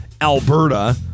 alberta